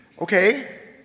Okay